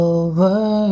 over